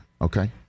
okay